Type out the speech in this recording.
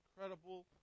incredible